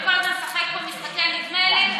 אם כל הזמן נשחק פה משחקי נדמה לי,